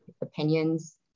opinions